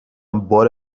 بار